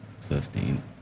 fifteen